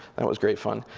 that was great fun.